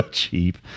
cheap